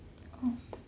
oh